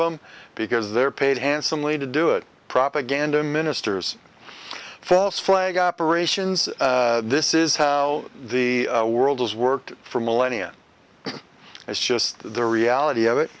them because they're paid handsomely to do it propaganda ministers false flag operations this is how the world is worked for millennia it's just the reality of it